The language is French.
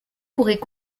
pourrait